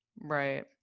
Right